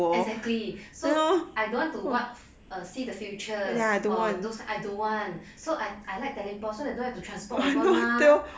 exactly so I don't want to what see the future or those I don't want so I I like teleport so I don't have to transport over mah